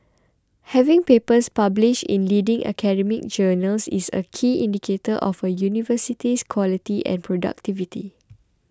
having papers published in leading academic journals is a key indicator of a university's quality and productivity